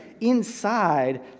inside